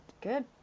good